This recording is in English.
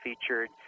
featured